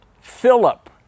Philip